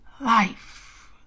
life